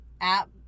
app